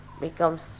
becomes